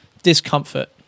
Discomfort